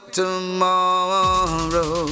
tomorrow